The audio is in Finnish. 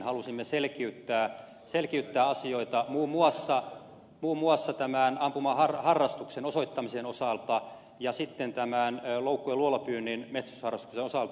halusimme selkeyttää asioita muun muassa tämän ampumaharrastuksen osoittamisen osalta ja tämän loukku ja luolapyynnin metsästysharrastuksen osalta